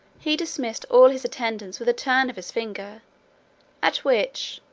he dismissed all his attendants with a turn of his finger at which,